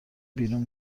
بیرون